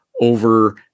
over